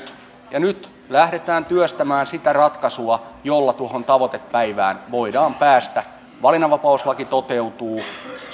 ja nyt lähdetään työstämään sitä ratkaisua jolla tuohon tavoitepäivään voidaan päästä valinnanvapauslaki toteutuu